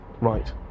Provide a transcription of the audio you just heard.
Right